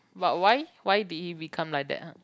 but why why did he become like that !huh!